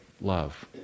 love